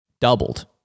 Doubled